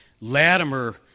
Latimer